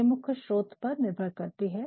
ये मुख्य स्रोत पर निर्भर करती है